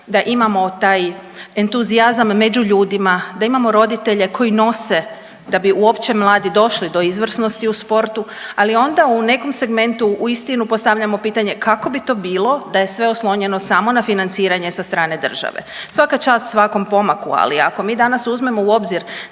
da imamo taj entuzijazam među ljudima, da imamo roditelje koji nose da bi uopće mladi došli do izvrsnosti u sportu, ali onda u nekom segmentu uistinu postavljamo pitanje kako bi to bilo da je sve oslonjeno samo na financiranje sa strane države. Svaka čast svakom pomaku, ali ako mi danas uzmemo u obzir